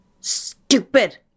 Stupid